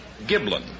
Giblin